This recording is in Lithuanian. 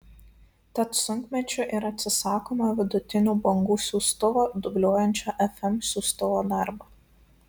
tad sunkmečiu ir atsisakoma vidutinių bangų siųstuvo dubliuojančio fm siųstuvo darbą